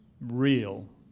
real